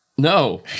No